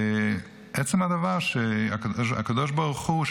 עצם הדבר שהקדוש ברוך הוא,